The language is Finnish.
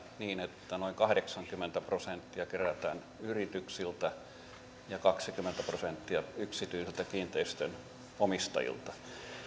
niin että noin kahdeksankymmentä prosenttia kerätään yrityksiltä ja kaksikymmentä prosenttia yksityisiltä kiinteistön omistajilta